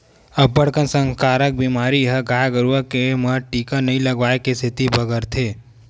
अब्बड़ कन संकरामक बेमारी ह गाय गरुवा के म टीका नइ लगवाए के सेती बगरथे